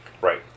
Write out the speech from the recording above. Right